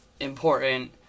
important